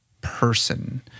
person